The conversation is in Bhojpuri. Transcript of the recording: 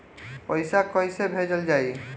पैसा कैसे भेजल जाइ?